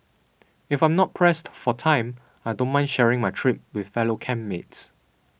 if I'm not pressed for time I don't mind sharing my trip with fellow camp mates